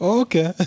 okay